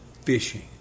fishing